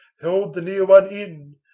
held the near one in.